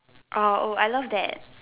orh oh I love that